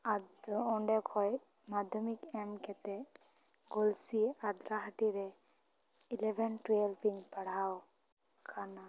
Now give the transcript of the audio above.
ᱟᱫᱚ ᱚᱱᱰᱮ ᱠᱷᱚᱱ ᱢᱟᱫᱽᱫᱷᱚᱢᱤᱠ ᱮᱢ ᱠᱟᱛᱮ ᱜᱚᱞᱥᱤ ᱟᱫᱨᱟᱦᱟᱹᱴᱤ ᱨᱮ ᱤᱞᱮᱵᱷᱮᱱ ᱴᱩᱭᱮᱯᱚᱵᱷ ᱤᱧ ᱯᱟᱲᱦᱟᱣ ᱟᱠᱟᱱᱟ